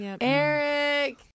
Eric